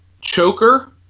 choker